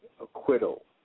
acquittal